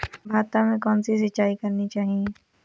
भाता में कौन सी सिंचाई करनी चाहिये?